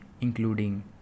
including